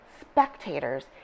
spectators